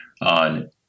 on